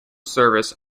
service